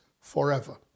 forever